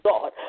God